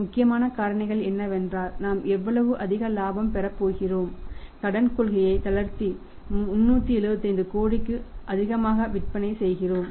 முக்கியமான காரணிகள் என்னவென்றால் நாம் எவ்வளவு அதிக இலாபம் பெறப் போகிறோம் கடன் கொள்கையை தளர்த்தி 375 கோடிக்கு அதிகமாக விற்பனை செய்கிறோம்